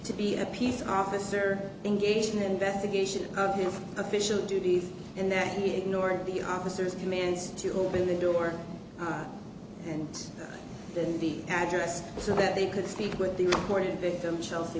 to be a peace officer engaged in an investigation of his official duties and that he ignored the officers commands to open the door and then the address so that they could speak with the recording victim chelsea